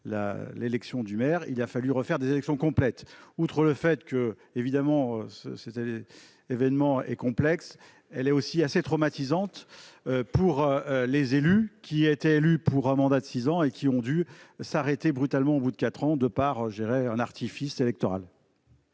l'élection du maire, il a fallu refaire des élections complète, outre le fait que évidemment c'était événement et complexe, elle est aussi assez traumatisante pour les élus qui a été élu pour un mandat de 6 ans et qui ont dû s'arrêter brutalement au bout de 4 ans de part gérer un artifice électoral.